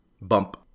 Bump